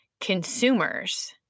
consumers